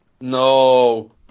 No